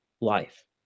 life